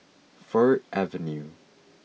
Fir Avenue